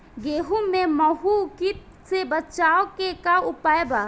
गेहूँ में माहुं किट से बचाव के का उपाय बा?